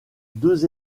deux